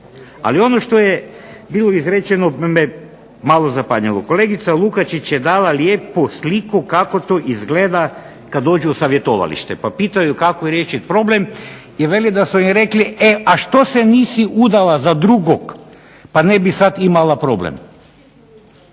Ali ono što je bilo izrečeno malo me zapanjilo, kolegica Lukačić je dala lijepu sliku kako to izgleda kada dođu u savjetovalište pa pitaju kako riješiti problem. Veli da su im rekli e a što se nisi udala za drugog pa ne bi sada imala problem.